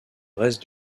reste